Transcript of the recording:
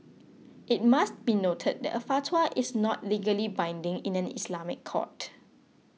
it must be noted that a fatwa is not legally binding in an Islamic court